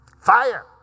Fire